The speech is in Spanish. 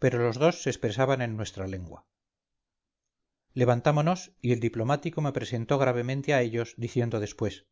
pero los dos se expresaban en nuestra lengua levantámonos y el diplomático me presentó gravemente a ellos diciendo después